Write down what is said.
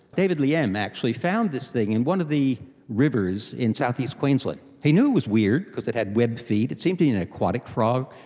david liem actually, found this thing in one of the rivers in south-east queensland. he knew it was weird because it had webbed feet. it seemed to be an aquatic frog.